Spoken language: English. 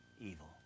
evil